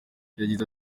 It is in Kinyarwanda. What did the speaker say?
yagize